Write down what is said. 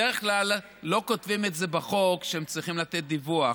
בדרך כלל לא כותבים בחוק שצריכים לתת דיווח,